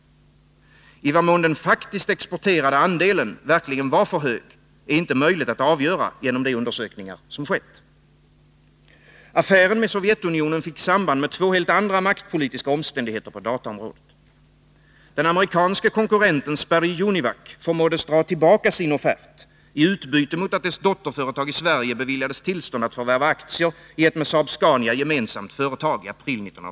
I vad mån den faktiskt exporterade andelen verkligen var för hög är inte möjligt att avgöra genom de undersökningar som skett. Affären med Sovjetunionen fick samband med två helt andra maktpolitiska omständigheter på dataområdet. Den amerikanska konkurrenten, Sperry Univac, förmåddes dra tillbaka sin offert i utbyte mot att dess dotterföretag i Sverige beviljades tillstånd att förvärva aktier i ett med Saab-Scania gemensamt företag .